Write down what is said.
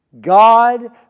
God